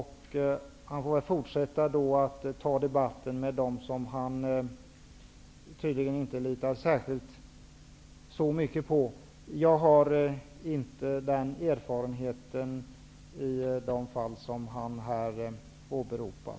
Han får väl ta debatten med dem som han tydligen inte litar så mycket på. Jag har inte den erfarenheten som Lennart Nilsson talar om i de fall som han åberopar.